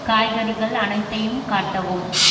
காய்கறிகள் அனைத்தையும் காட்டவும்